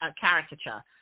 caricature